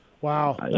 Wow